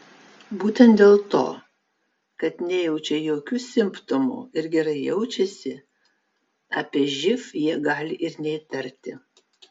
būtent dėl to kad nejaučia jokių simptomų ir gerai jaučiasi apie živ jie gali ir neįtarti